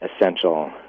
essential